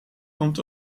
komt